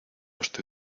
estoy